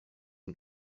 ein